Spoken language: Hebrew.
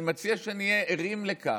אני מציע שנהיה ערים לכך.